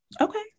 Okay